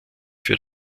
für